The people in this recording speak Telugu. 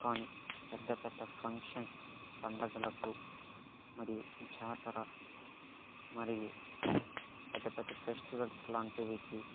కానీ పెద్ద పెద్ద ఫంక్షన్స్ పండగలకు మరియు జాతర మరియు పెద్ద పెద్ద ఫెస్టివల్స్ లాంటివి కి